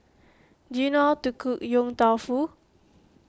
do you know how to cook Yong Tau Foo